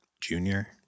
Junior